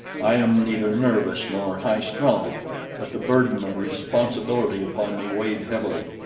i am neither nervous nor highstrung but the burden of responsibility upon me weighed heavily,